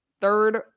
third